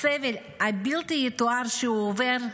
הסבל הבלתי-יתואר שהוא עובר,